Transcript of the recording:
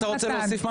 אתה רוצה להוסיף משהו?